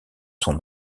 son